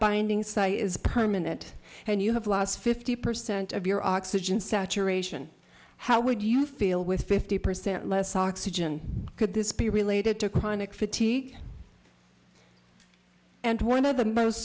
binding site is permanent and you have lost fifty percent of your oxygen saturation how would you feel with fifty percent less oxygen could this be related to chronic fatigue and one of the most